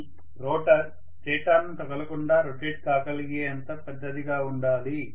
కానీ రోటర్ స్టేటార్ను తగలకుండా రొటేట్ కాగలిగే అంత పెద్దదిగా ఉండాలి